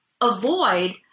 avoid